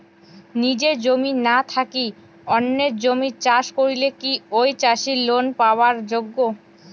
নিজের জমি না থাকি অন্যের জমিত চাষ করিলে কি ঐ চাষী লোন পাবার যোগ্য?